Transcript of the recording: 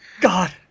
God